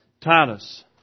Titus